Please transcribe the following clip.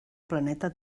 planeta